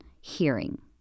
hearing